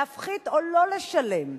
להפחית או לא לשלם.